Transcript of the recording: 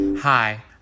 Hi